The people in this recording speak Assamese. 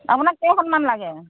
আপোনাক কেইখনমানে লাগে